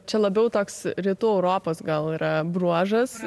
čia labiau toks rytų europos gal yra bruožas